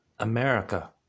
America